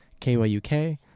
KYUK